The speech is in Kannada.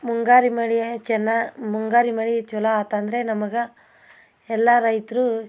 ಮುಂಗಾರು ಮಳೆಯೇ ಚೆನ್ನಾ ಮುಂಗಾರು ಮಳೆ ಚಲೋ ಆಯ್ತಂದ್ರೆ ನಮಗೆ ಎಲ್ಲ ರೈತರು